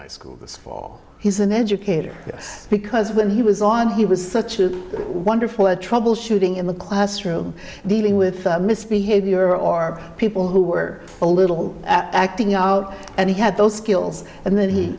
high school this fall he's an educator yes because when he was on he was such a wonderful a troubleshooting in the classroom dealing with misbehavior or people who were a little acting out and he had those skills and then he